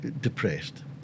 depressed